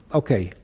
okay,